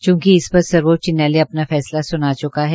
चूंकि इस पर सर्वोच्च न्यायालय अपना फैंसला सुना चुका है